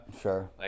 Sure